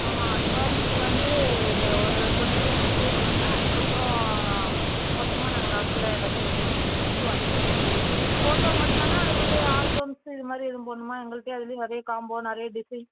ஆமாம் அட்வான்ஸு வந்து ஒரு டொன்ட்டி தவுசண்ட் பே பண்ணுங்கள் அதுக்கப்பறம் மொத்தமாக நாங்கள் லாஸ்ட்டில் எல்லாத்தையும் முடிச்சுட்டு வாங்கிக்கிறோம் ஃபோட்டோ மட்டும் தானா அடுத்தது ஆல்பம்ஸு இது மாதிரி எதுவும் போடணுமா எங்கள்ட்டயும் அதுலேயும் நிறைய காம்போ நிறைய டிசைன்ஸ்